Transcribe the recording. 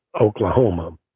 Oklahoma